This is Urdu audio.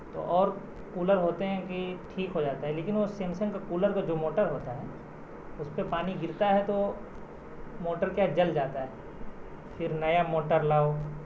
تو اور کولر ہوتے ہیں کہ ٹھیک ہو جاتا ہے لیکن وہ سیمسنگ کا کولر کا جو موٹر ہوتا ہے اس پہ پانی گرتا ہے تو موٹر کیا ہے جل جاتا ہے پھر نیا موٹر لاؤ